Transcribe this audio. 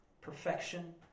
perfection